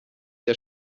der